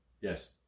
Yes